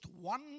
one